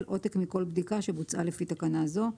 עותק מכל בדיקה שבוצעה לפי תקנה זו.